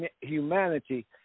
humanity